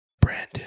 Brandon